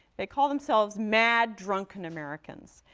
they call themselves mad, drunken americans.